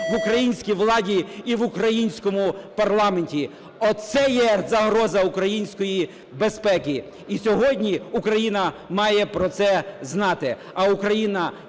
в українській владі і в українському парламенті". Оце є загроза української безпеки. І сьогодні Україна має про це знати,